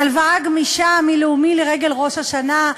"הלוואה גמישה מלאומי לרגל ראש השנה"?